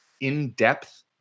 in-depth